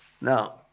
Now